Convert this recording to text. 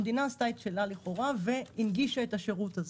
המדינה עשתה את שלה לכאורה והנגישה את השירות הזה.